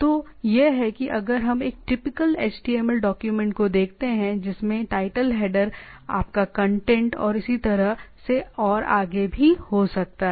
तो यह है अगर हम एक टिपिकल HTML डॉक्यूमेंट को देखते हैं जिसमें टाइटल हैडर title header आपका कंटेंट और इसी तरह से और आगे भी हो सकता हैं